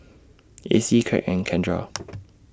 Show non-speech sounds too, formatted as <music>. Acie Kraig and Kendra <noise>